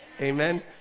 Amen